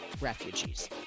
refugees